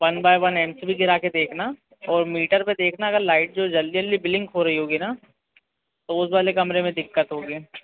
one by one M C B गिरा के देखना और मीटर पर देखना अगर लाइट जो जल्दी जल्दी ब्लिंक हो रही होगी ना तो उस वाले कमरे में दिक्कत होगी